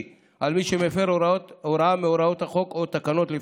על מי שמפר הוראה מהוראות החוק או התקנות לפיו.